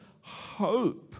hope